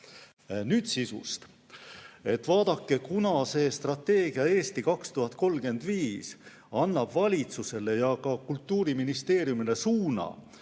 Nüüd sisust. Vaadake, kuna strateegia "Eesti 2035" annab valitsusele ja ka Kultuuriministeeriumile suuna,